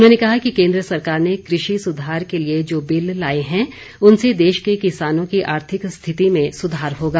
उन्होंने कहा कि केन्द्र सरकार ने कृषि सुधार के लिए जो बिल लाए हैं उनसे देश के किसानों की आर्थिक स्थिति में सुधार होगा